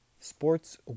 Sports